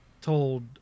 told